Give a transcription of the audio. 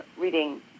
reading